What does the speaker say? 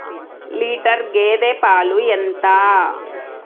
Litre గేదె పాలు ఎంత?